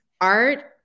art